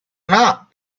not